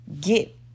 get